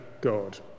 god